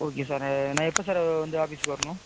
okay sir நான் எப்போ sir வந்து ஆஃபீஸுக்கு வரணும்